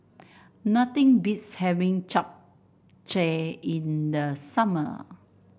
nothing beats having Japchae in the summer